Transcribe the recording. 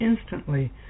instantly